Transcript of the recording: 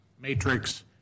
matrix